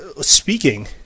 speaking